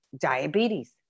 diabetes